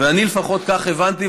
אני לפחות כך הבנתי.